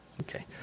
Okay